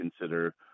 consider